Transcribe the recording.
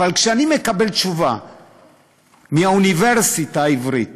אבל כשאני מקבל מהאוניברסיטה העברית